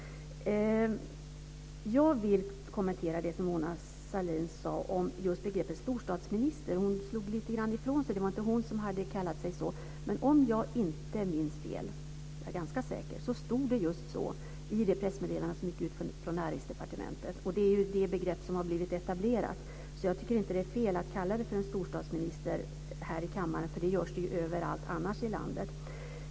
Jag vill kommentera det Mona Sahlin sade om begreppet storstadsminister. Hon slog det lite grann ifrån sig och sade att det inte var hon som hade kallat sig så. Om jag inte minns fel - jag är ganska säker på det - stod det just så i det pressmeddelande som gick ut från Näringsdepartementet. Det är det begrepp som har blivit etablerat. Jag tycker inte att det är fel att kalla Mona Sahlin för storstadsminister här i kammaren. Det görs annars överallt i landet.